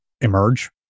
emerge